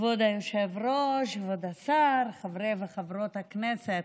כבוד היושב-ראש, כבוד השר, חברי וחברות הכנסת,